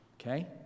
Okay